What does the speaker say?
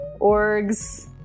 orgs